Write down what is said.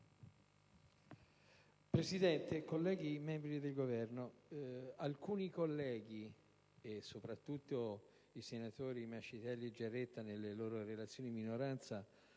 Presidente, onorevoli colleghi, membri del Governo, alcuni colleghi, soprattutto i senatori Mascitelli e Giaretta nelle loro relazioni di minoranza,